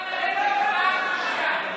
אפשר לקבל מכתב?